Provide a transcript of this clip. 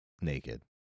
naked